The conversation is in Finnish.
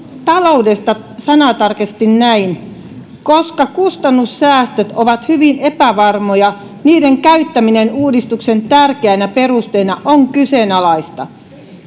taloudesta sanatarkasti näin koska kustannussäästöt ovat hyvin epävarmoja niiden käyttäminen uudistuksen tärkeänä perusteena on kyseenalaista